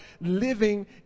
living